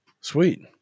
sweet